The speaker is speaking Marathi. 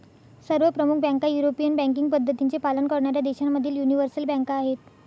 सर्व प्रमुख बँका युरोपियन बँकिंग पद्धतींचे पालन करणाऱ्या देशांमधील यूनिवर्सल बँका आहेत